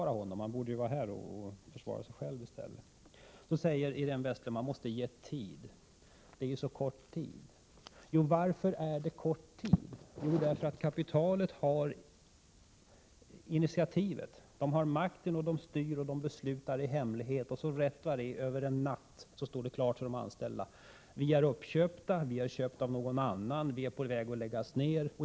Industriministern borde vara här och försvara sig själv. Iréne Vestlund säger att man måste få mera tid. Men varför är det så kort tid? Jo, därför att kapitalet har initiativet och makten och styr och beslutar i hemlighet. Sedan kan det över en natt stå klart för de anställda att företaget där de arbetar är uppköpt av något annat företag och på väg att läggas ned.